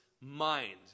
mind